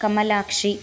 Kamalakshi